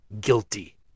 Guilty